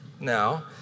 now